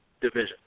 division